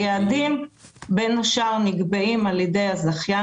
היעדים בין השאר נקבעים על ידי הזכיין.